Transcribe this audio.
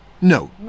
No